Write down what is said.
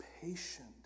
patient